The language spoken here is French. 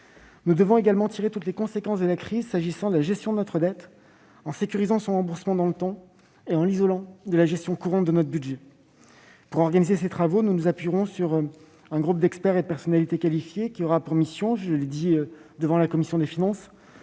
Nous devons également tirer toutes les conséquences de la crise s'agissant de la gestion de notre dette, en sécurisant son remboursement dans le temps et en l'isolant de la gestion courante de notre budget. Pour organiser ces travaux, nous nous appuierons sur un groupe d'experts et de personnalités qualifiées. Il aura pour mission, comme je l'ai précisé devant la commission des finances